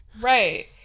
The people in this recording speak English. right